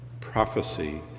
prophecy